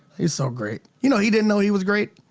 he's so great. you know he didn't know he was great?